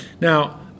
Now